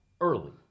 early